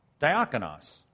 diakonos